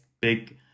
big